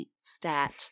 stat